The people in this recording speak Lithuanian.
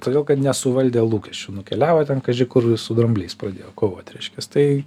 todėl kad nesuvaldė lūkesčių nukeliavo ten kaži kur su drambliais pradėjo kovot reiškias tai